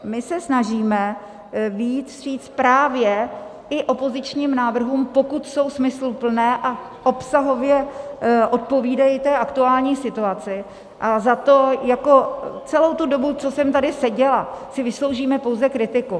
My se snažíme vyjít vstříc právě i opozičním návrhům, pokud jsou smysluplné a obsahově odpovídají té aktuální situaci, a za to celou tu dobu, co jsem tady seděla, si vysloužíme pouze kritiku.